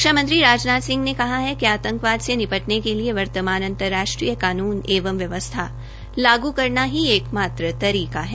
रक्षा मंत्री राजनाथ सिंह ने कहा है कि आतंकवाद से निपटने के लिए वर्तमान अंतर्राष्ट्रीय कानून व व्यवस्था लागू करना ही एक मात्र तरीका है